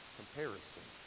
comparison